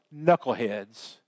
knuckleheads